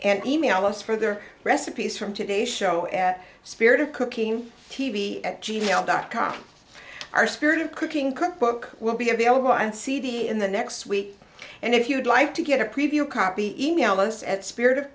and email us for their recipes from today show at spirit of cooking t v at g m dot com our spirit of cooking cookbook will be available on cd in the next week and if you'd like to get a preview copy email us at spirit of